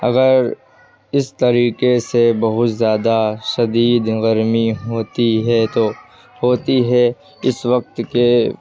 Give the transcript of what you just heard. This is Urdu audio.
اگر اس طریقے سے بہت زیادہ شدید گرمی ہوتی ہے تو ہوتی ہے اس وقت کے